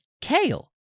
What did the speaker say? Kale